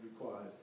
required